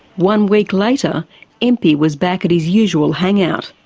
one week later einpwy was back at his usual hangout,